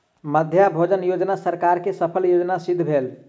मध्याह्न भोजन योजना सरकार के सफल योजना सिद्ध भेल